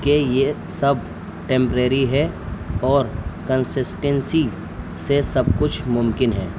کہ یہ سب ٹٹیمپریری ہے اور کنسسٹینسی سے سب کچھ ممکن ہے